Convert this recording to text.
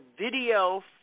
video